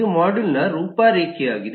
ಇದು ಮಾಡ್ಯೂಲ್ನನ ರೂಪರೇಖೆಯಾಗಿದೆ